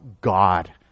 God